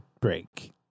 break